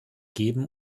geben